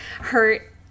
hurt